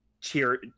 cheer